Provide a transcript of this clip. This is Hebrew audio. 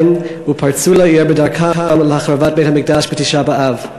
ופרצו לעיר בדרכם להחרבת בית-המקדש בתשעה באב.